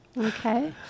Okay